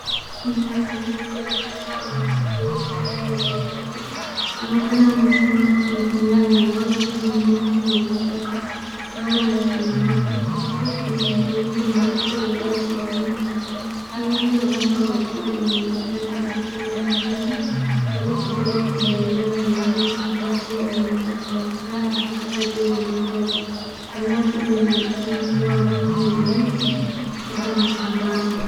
Mnara mrefu wa chuma unaosafirisha nyaya za umeme unaonekana umesimama kwenye eneo la wazi lenye nyasi na vichaka. Anga ni ya samawati, safi yenye mawingu meupe yaliyotawanyika. Miale ya mwanga wa jua inaonekana ikipenya angani, mbali kidogo kuna minara mingine kama hiyo inaweza kuonekana ikipita juu ya mandhari. Eneo hilo linaonekana kua nje ya miji labda mashambani.